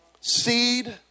Seed